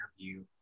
interview